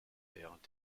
während